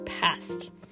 past